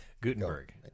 Gutenberg